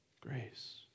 grace